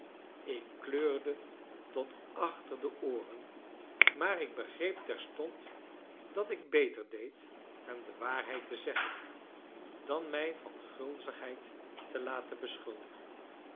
ik kleurde tot achter de ooren maar ik begreep terstond dat ik beter deed hem de waarheid te zeggen dan mij van gulzigheid te laten beschuldigen